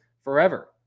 forever